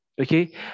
Okay